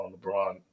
LeBron